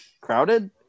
crowded